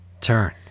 Turn